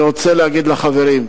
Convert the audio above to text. אני רוצה להגיד לחברים,